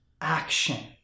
action